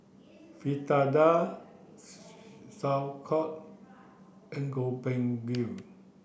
Fritada Sauerkraut and Gobchang Gui